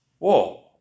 Whoa